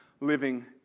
living